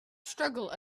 struggle